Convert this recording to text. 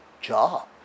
job